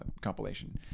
compilation